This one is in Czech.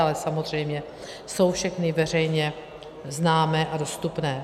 Ale samozřejmě jsou všechny veřejně známé a dostupné.